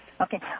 Okay